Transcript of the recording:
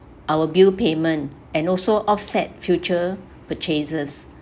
our bill payment and also offset future purchases